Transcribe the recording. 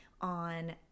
on